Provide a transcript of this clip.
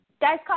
Guys